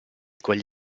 quelli